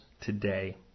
today